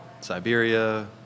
Siberia